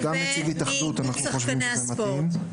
ומאיגוד שחקני הספורט.